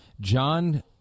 John